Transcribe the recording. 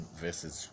versus